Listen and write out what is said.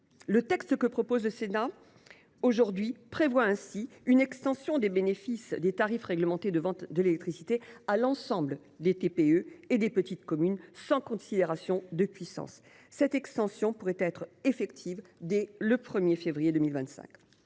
Le texte que le Sénat propose aujourd’hui étend le bénéfice des tarifs réglementés de vente de l’électricité à l’ensemble des TPE et des petites communes, sans considération de puissance. Cette extension, qui pourrait être effective dès le 1 février 2025,